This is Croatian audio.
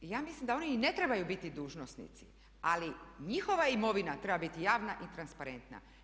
Ja mislim da oni i ne trebaju biti dužnosnici ali njihova imovina treba biti javna i transparentna.